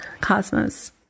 Cosmos